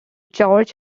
george